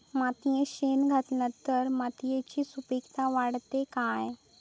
मातयेत शेण घातला तर मातयेची सुपीकता वाढते काय?